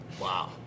wow